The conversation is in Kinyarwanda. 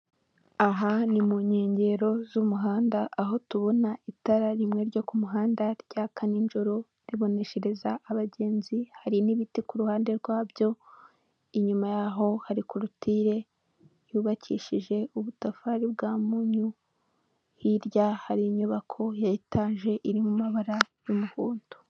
Aha ni mu nkengero z'umuhanda aho tubona itara rimwe ryo ku muhanda ryaka nijoro riboneshereza abagenzi hari n'ibiti ku ruhande rwabyo, inyuma ya'ho hari korotire yubakishije ubutafari bwa mpunyu, hirya hari inyubako ya etage iri mu mabara y'umuhondo.